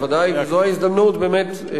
בוודאי, וזו ההזדמנות, באמת,